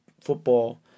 football